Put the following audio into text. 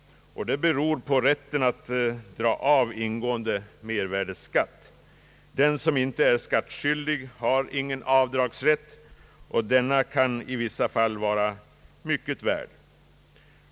Det beror på rätten att dra av ingående mervärdeskatt. Den som inte är skattskyldig har ingen avdragsrätt, och denna kan i vissa fall vara mycket värd.